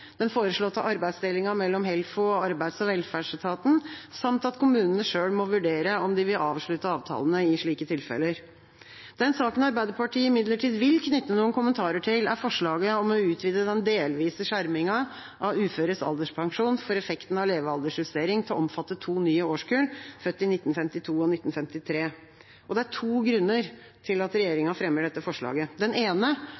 den foreslåtte arbeidsdelingen mellom Helfo og arbeids- og velferdsetaten, samt at kommunene selv må vurdere om de vil avslutte avtalene i slike tilfeller. Den saken Arbeiderpartiet imidlertid vil knytte noen kommentarer til, er forslaget om å utvide den delvise skjermingen av uføres alderspensjon for effekten av levealderjustering til å omfatte to nye årskull, de som er født i 1952 og 1953. Det er to grunner til at